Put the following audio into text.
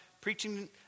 preaching